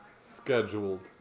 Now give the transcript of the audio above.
scheduled